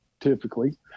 typically